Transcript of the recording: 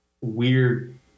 weird